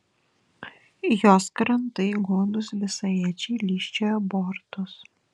jos krantai godūs visaėdžiai lyžčiojo bortus